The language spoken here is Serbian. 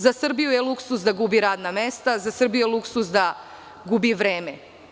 Za Srbiju je luksuz da gubi radna mesta, za Srbiju je luksuz da gubi vreme.